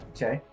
Okay